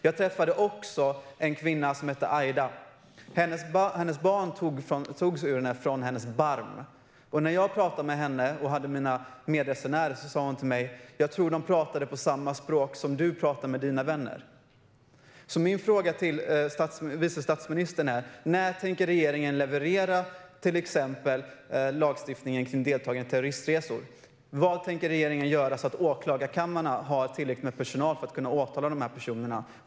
Jag träffade också en kvinna som heter Aida. Hennes barn togs från hennes barm. När jag och mina medresenärer pratade med henne sa hon till mig: Jag tror att de talade samma språk som du talar med dina vänner. Mina frågor till vice statsministern är: När tänker regeringen leverera till exempel lagstiftningen om deltagande i terroristresor? Vad tänker regeringen göra så att åklagarkamrarna har tillräckligt med personal för att kunna åtala de här personerna?